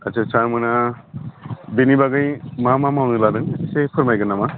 आदसा सा मोना बेनि बागै मा मा मावनो लादों एसे फोरमायगो नामा